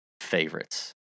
favorites